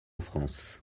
france